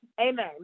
amen